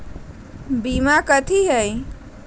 बीमा कथी है?